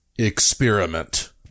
experiment